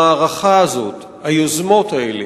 המערכה הזאת, היוזמות האלה,